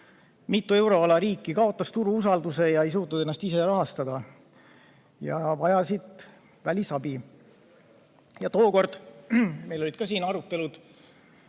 Mitu euroala riiki kaotas turu usalduse, nad ei suutnud ennast ise rahastada ja vajasid välisabi. Tookord olid meil siin ka arutelud.